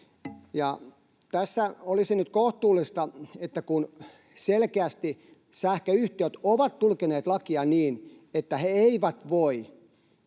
Tässä olisi nyt kohtuullista, että kun selkeästi sähköyhtiöt ovat tulkinneet lakia niin, että he eivät voi